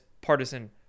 partisan